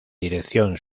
dirección